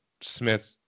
Smith